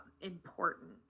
important